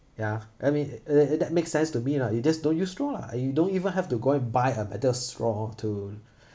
ya I mean tha~ that makes sense to me lah you just don't use straw lah you don't even have to go and buy a metal straw to